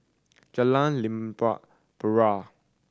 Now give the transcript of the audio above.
Jalan Limau Purut